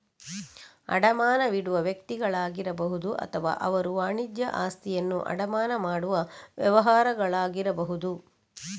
ಅಡಮಾನವಿಡುವ ವ್ಯಕ್ತಿಗಳಾಗಿರಬಹುದು ಅಥವಾ ಅವರು ವಾಣಿಜ್ಯ ಆಸ್ತಿಯನ್ನು ಅಡಮಾನ ಮಾಡುವ ವ್ಯವಹಾರಗಳಾಗಿರಬಹುದು